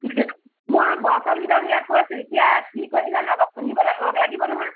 মোৰ বৰা চাউলকেইটা উলিয়াই থৈছোঁ এতিয়া কি কৰিম জানো আকৌ খুন্দিবলৈ লগ লাগিব নহয়